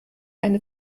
eine